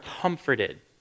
comforted